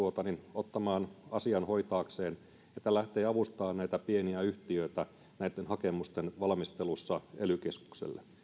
ottamaan asian hoitaakseen että lähtee avustamaan näitä pieniä yhtiöitä näitten hakemusten valmistelussa ely keskukselle